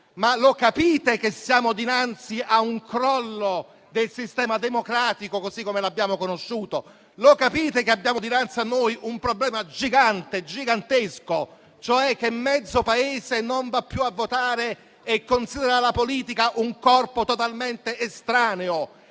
Lo capite che siamo dinanzi a un crollo del sistema democratico così come l'abbiamo conosciuto? Lo capite che abbiamo dinanzi a noi un problema gigantesco, cioè che mezzo Paese non va più a votare, considera la politica un corpo totalmente estraneo